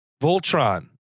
Voltron